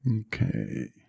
okay